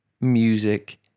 music